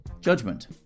Judgment